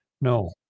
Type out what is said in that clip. No